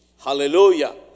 Hallelujah